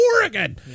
oregon